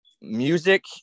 Music